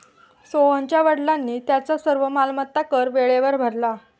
सोहनच्या वडिलांनी त्यांचा सर्व मालमत्ता कर वेळेवर भरला